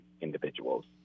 individuals